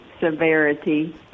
severity